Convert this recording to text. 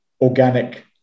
organic